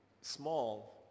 Small